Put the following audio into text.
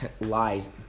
lies